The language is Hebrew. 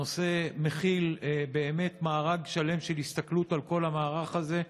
הנושא מכיל באמת מארג שלם של הסתכלות על כל המערך הזה.